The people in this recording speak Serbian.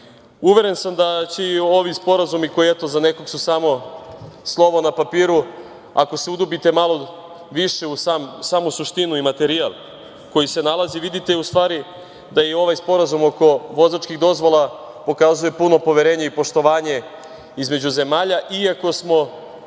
sam će i ovi sporazumi, koji, eto za nekog su samo slovo na papiru, ako se udubite malo više u samu suštinu i materijal koji se nalazi, vidite u stvari da i ovaj Sporazum oko vozačkih dozvola pokazuje puno poverenje i poštovanja između zemalja, iako smo